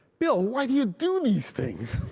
bill, why do you do these things!